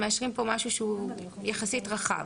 בעצם מאשרים פה משהו שהוא יחסית רחב.